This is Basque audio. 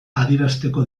adierazteko